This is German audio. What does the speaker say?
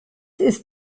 ist